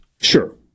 Sure